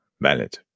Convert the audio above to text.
Valid